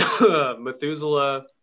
Methuselah